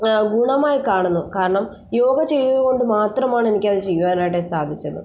ഗുണമായി കാണുന്നു കാരണം യോഗ ചെയ്തതുകൊണ്ട് മാത്രമാണ് എനിക്കത് ചെയ്യുവാനായിട്ട് സാധിച്ചത്